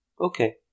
Okay